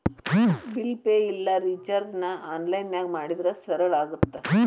bill pay ಇಲ್ಲಾ ರಿಚಾರ್ಜ್ನ ಆನ್ಲೈನ್ದಾಗ ಮಾಡಿದ್ರ ಸರಳ ಆಗತ್ತ